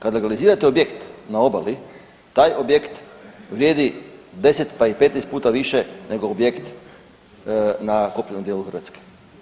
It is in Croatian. Kad legalizirate objekt na obali, taj objekt vrijedi 10 pa i 15 puta više nego objekt na kopnenom dijelu Hrvatske.